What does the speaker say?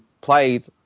played